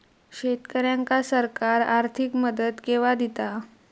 शेतकऱ्यांका सरकार आर्थिक मदत केवा दिता?